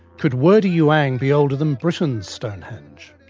could wurdi youang be older than britain's stonehenge?